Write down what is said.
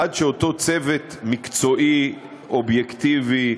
עד שאותו צוות מקצועי, אובייקטיבי,